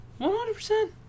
100%